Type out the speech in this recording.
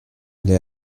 aller